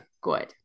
good